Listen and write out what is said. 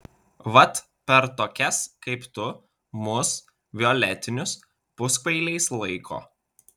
vat per tokias kaip tu mus violetinius puskvailiais laiko